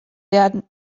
werden